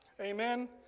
Amen